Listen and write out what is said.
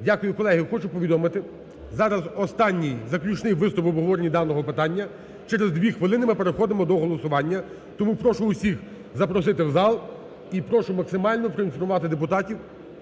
Дякую Колеги, хочу повідомити, зараз останній заключний виступ в обговоренні даного питання. Через дві хвилини ми переходимо до голосування. Тому прошу усіх запросити у зал і прошу максимально проінформувати депутатів,